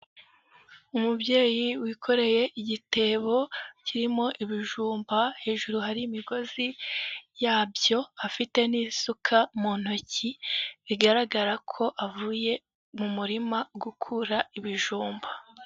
Umubyeyi wikoreye igitebo kirimo ibijumba, hejuru hari imigozi yabyo afite n'isuka mu ntoki, bigaragara ko avuye mu murima gukura ibijumba.